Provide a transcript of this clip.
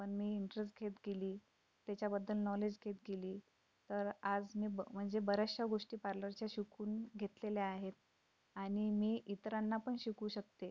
पण मी इंटरेस्ट घेत गेली त्याच्याबद्दल नॉलेज घेत गेली तर आज मी म्हणजे बऱ्याचशा गोष्टी पार्लरच्या शिकून घेतलेल्या आहेत आणि मी इतरांना पण शिकवू शकते